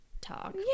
talk